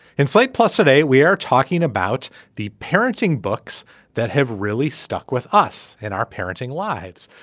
in slate plus today we are talking about the parenting books that have really stuck with us in our parenting lives.